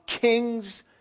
kings